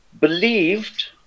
believed